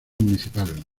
municipal